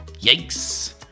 Yikes